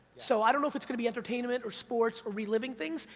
so, i don't know if it's gonna be entertainment or sports or reliving things,